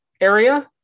area